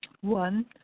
One